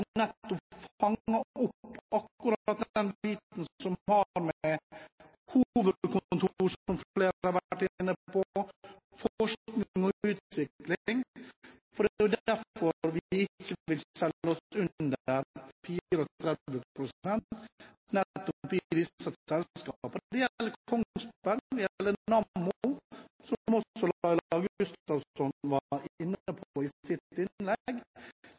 nettopp fanget opp akkurat det som har å gjøre med hovedkontor, som flere har vært inne på, og forskning og utvikling. Det er derfor vi ikke vil selge oss under 34 pst. nettopp i disse selskapene. Det gjelder Kongsberg, det gjelder Nammo, som også Laila Gustavsen var inne på i sitt innlegg.